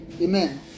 Amen